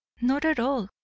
not at all.